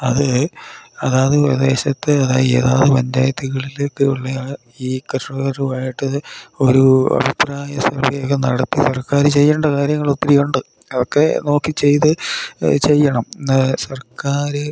അത് അതാത് പ്രദേശത്ത് അതി നായി ഏതു പഞ്ചായത്തുകളിലൊക്കെ ഉള്ള ആ ഈ കർഷകരുമായിട്ട് അത് ഒരു അഭിപ്രായ സർവ്വേയൊക്ക നടത്തി സർക്കാർ ചെയ്യേണ്ട കാര്യങ്ങളൊത്തിരിയുണ്ട് അതൊക്കെ നോക്കി ചെയ്ത് ചെയ്യണം എന്നു സർക്കാർ